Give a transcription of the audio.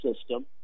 system